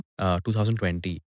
2020